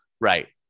right